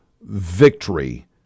victory